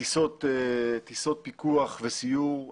טיסות פיקוח וסיור,